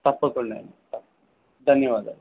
తప్పకుండా ధన్యవాదాలు